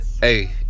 hey